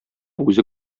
үзе